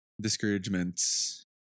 discouragements